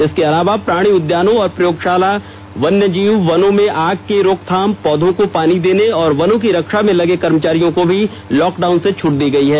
इसके अलावा प्राणी उद्यानों और पौधशालाओं वन्यजीव वनों में आग की रोकथाम पौधों को पानी देने तथा वनों की रक्षा में लगे कर्मचारियों को भी लॉकडाउन से छूट दी गई है